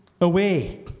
away